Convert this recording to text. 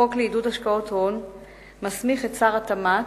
החוק לעידוד השקעות הון מסמיך את שר התמ"ת,